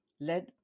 led